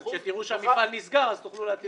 --- כשתראו שהמפעל נסגר אז תוכלו להטיל היטל היצף.